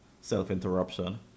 self-interruption